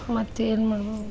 ಮತ್ತೆ ಏನು ಮಾಡ್ಬೆ